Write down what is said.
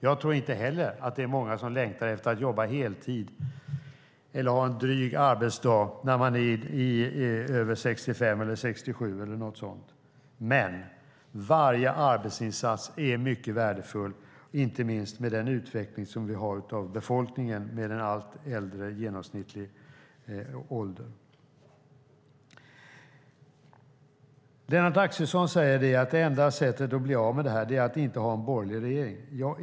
Jag tror inte heller att det är många som längtar efter att jobba heltid eller ha en dryg arbetsdag när man är över 65, 67 eller något sådant. Men varje arbetsinsats är mycket värdefull, inte minst med tanke på den utveckling som vi har av befolkningen med en allt högre genomsnittlig ålder. Lennart Axelsson säger att det enda sättet att bli av med det här är att inte ha en borgerlig regering.